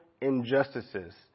injustices